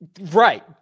right